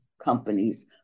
companies